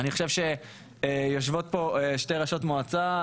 אני חושב שיושבות פה שתי ראשות מועצה,